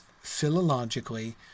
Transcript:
philologically